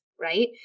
right